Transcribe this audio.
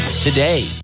today